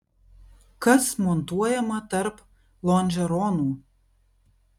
kas montuojama tarp lonžeronų